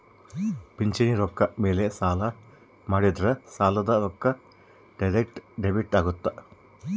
ಪಿಂಚಣಿ ರೊಕ್ಕ ಮೇಲೆ ಸಾಲ ಮಾಡಿದ್ರಾ ಸಾಲದ ರೊಕ್ಕ ಡೈರೆಕ್ಟ್ ಡೆಬಿಟ್ ಅಗುತ್ತ